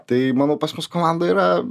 tai manau pas mus komandoj yra